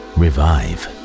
revive